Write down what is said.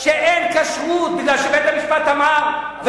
כשאין כשרות מפני שבית-המשפט אמר,